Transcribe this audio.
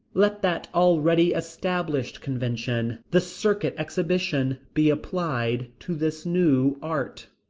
let that already established convention the circuit-exhibition be applied to this new art.